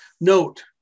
Note